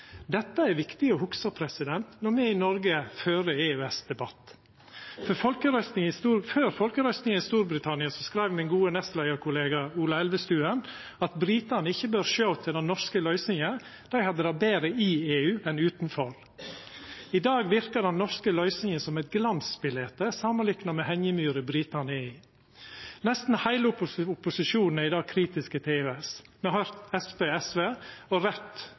Dette er viktig å hugsa når me i Noreg fører EØS-debatt. Før folkerøystinga i Storbritannia skreiv den gode nestleiarkollegaen min, Ola Elvestuen, at britane ikkje burde sjå til den norske løysinga, dei hadde det betre i EU enn utanfor. I dag verkar den norske løysinga som eit glansbilete, samanlikna med hengjemyra britane er i. Nesten heile opposisjonen er i dag kritiske til EØS. Me har høyrt Senterpartiet, SV og